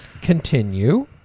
Continue